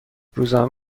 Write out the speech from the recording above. روزنامه